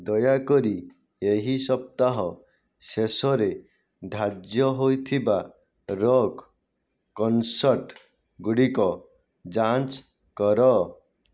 ଦୟାକରି ଏହି ସପ୍ତାହ ଶେଷରେ ଧାର୍ଯ୍ୟ ହୋଇଥିବା ରକ୍ କନସର୍ଟ ଗୁଡ଼ିକ ଯାଞ୍ଚ କର